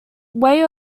way